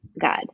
God